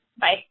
Bye